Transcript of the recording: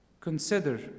consider